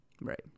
right